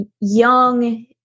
young